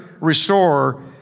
restore